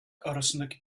arasındaki